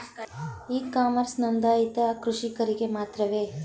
E commerce ನೊಂದಾಯಿತ ಕೃಷಿಕರಿಗೆ ಮಾತ್ರವೇ?